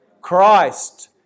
Christ